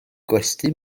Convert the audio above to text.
gwesty